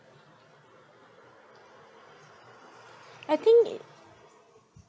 I think it